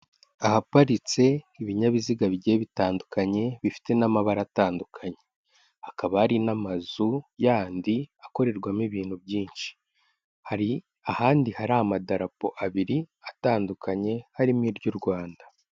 Ahaparitse ibinyabiziga bigiye bitandukanye, bifite n'amabara atandukanye, hakaba hari n'amazu yandi akorerwamo ibintu byinshi. Hari ahandi hari amadarapo abiri atandukanye harimo iry'u Rwanda.